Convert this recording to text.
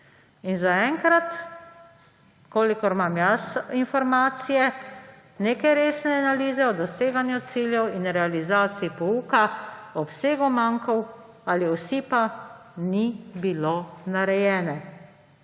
zaenkrat, kolikor imam jaz informacije, neke resne analize o doseganju ciljev in realizaciji pouka, o obsegu mankov ali osipa ni bilo narejene.